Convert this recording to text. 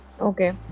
Okay